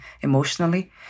emotionally